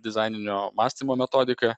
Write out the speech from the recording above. dizaininio mąstymo metodika